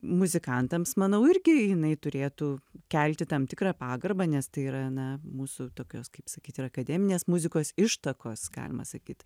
muzikantams manau irgi jinai turėtų kelti tam tikrą pagarbą nes tai yra na mūsų tokios kaip sakyt ir akademinės muzikos ištakos galima sakyt